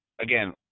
again –